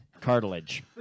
cartilage